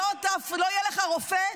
לא יהיה לך רופא,